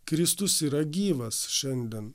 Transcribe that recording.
kristus yra gyvas šiandien